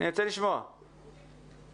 התשובה היא כן.